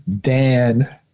Dan